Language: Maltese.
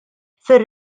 fir